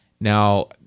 Now